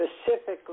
specifically